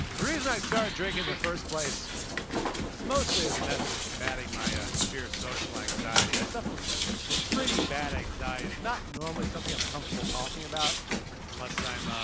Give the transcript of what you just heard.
the reason i started drinking in the first place is mostly, as a method of combating my severe social anxiety. i suffer from pretty bad anxiety. it's not normally something i'm comfortable talking about unless i'm